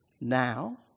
now